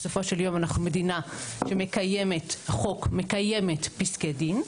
בסופו של יום אנחנו מדינה שמקיימת חוק מקיימת פסקי דין,